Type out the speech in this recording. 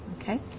Okay